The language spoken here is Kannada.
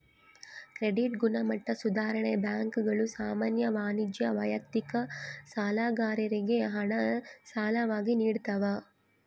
ಕ್ರೆಡಿಟ್ ಗುಣಮಟ್ಟ ಸುಧಾರಣೆ ಬ್ಯಾಂಕುಗಳು ಸಾಮಾನ್ಯ ವಾಣಿಜ್ಯ ವೈಯಕ್ತಿಕ ಸಾಲಗಾರರಿಗೆ ಹಣ ಸಾಲವಾಗಿ ನಿಡ್ತವ